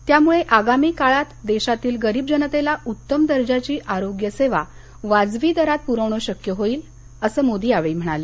त्यामुळे आगामी काळात देशातील गरीब जनतेला उत्तम दर्जांची आरोग्यसेवा वाजवी दरात पुरविणं शक्य होईल असं मोदी यावेळी म्हणाले